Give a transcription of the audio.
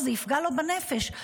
זה יפגע לו בנפש.